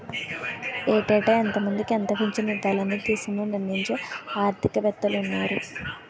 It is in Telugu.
ఏటేటా ఎంతమందికి ఎంత పింఛను ఇవ్వాలి అనేది దేశంలో నిర్ణయించే ఆర్థిక వేత్తలున్నారు